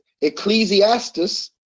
ecclesiastes